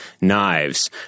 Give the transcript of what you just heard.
knives